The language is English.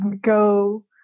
go